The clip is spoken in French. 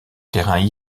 terrain